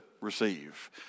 receive